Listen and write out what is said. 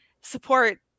support